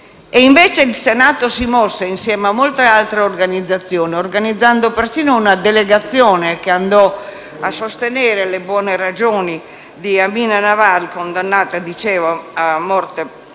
il Senato si mosse, insieme a molte altre organizzazioni, persino con una delegazione che andò a sostenere le buone ragioni di Amina Lawal condannata alla